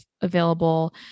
available